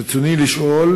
רצוני לשאול: